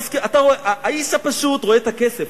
האיש הפשוט רואה את הכסף,